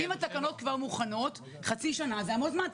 אם התקנות מוכנות כבר אז חצי שנה זה המון זמן.